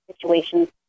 situations